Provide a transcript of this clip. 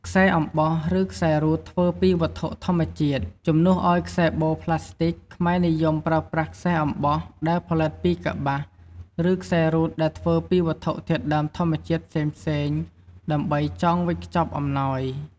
ខ្សែអំបោះ ឬខ្សែរូតធ្វើពីវត្ថុធម្មជាតិ ជំនួសឱ្យខ្សែបូផ្លាស្ទិក ខ្មែរនិយមប្រើប្រាស់ខ្សែអំបោះដែលផលិតពីកប្បាស ឬខ្សែរូតដែលធ្វើពីវត្ថុធាតុដើមធម្មជាតិផ្សេងៗ ដើម្បីចងវេចខ្ចប់អំណោយ។